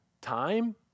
Time